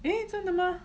真的吗